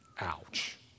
Ouch